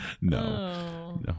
No